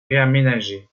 réaménagée